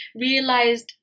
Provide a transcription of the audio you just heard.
realized